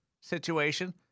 situation